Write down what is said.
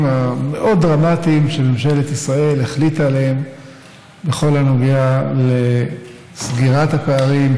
המאוד-דרמטיים שממשלת ישראל החליטה עליהם בכל הנוגע לסגירת הפערים,